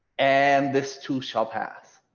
and this too shall pass,